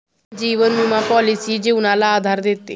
जीवन विमा पॉलिसी जीवनाला आधार देते